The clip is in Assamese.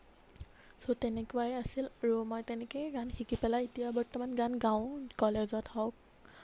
ছ' তেনেকুৱাই আছিল আৰু মই তেনেকেই গান শিকি পেলাই এতিয়া বৰ্তমান গান গাওঁ কলেজত হওঁক